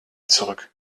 zurück